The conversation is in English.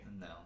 No